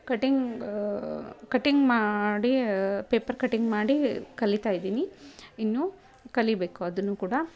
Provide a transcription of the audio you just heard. cutting cutting ಮಾಡಿ paper cutting ಮಾಡಿ ಕಲಿತಾಯಿದ್ದೀನಿ ಇನ್ನೂ ಕಲಿಯಬೇಕು ಅದನ್ನೂ ಕೂಡ